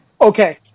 Okay